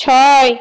ছয়